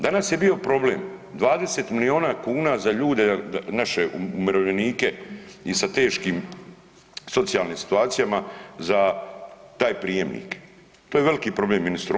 Danas je bio problem 20 milijuna kuna za ljude naše umirovljenike i sa teškim socijalnim situacijama za taj prijemnik, to je veliki problem ministru.